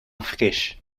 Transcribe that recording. friches